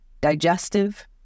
digestive